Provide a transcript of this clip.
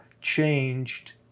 changed